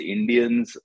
Indians